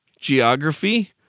geography